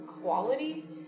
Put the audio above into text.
quality